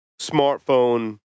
smartphone